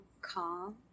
calm